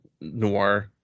noir